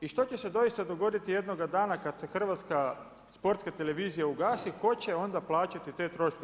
I što će se doista dogoditi jednoga dana kad se hrvatska Sportska televizija ugasi, tko će onda plaćati te troškove?